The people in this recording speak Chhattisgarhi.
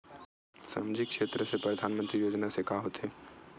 सामजिक क्षेत्र से परधानमंतरी योजना से का होथे?